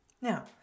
Now